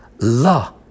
La